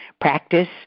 practice